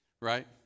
Right